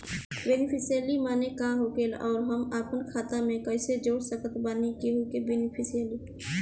Beneficiary माने का होखेला और हम आपन खाता मे कैसे जोड़ सकत बानी केहु के बेनीफिसियरी?